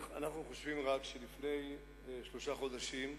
אנחנו רק חושבים שלפני שלושה חודשים,